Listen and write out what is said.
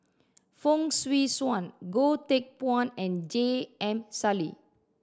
Fong Swee Suan Goh Teck Phuan and J M Sali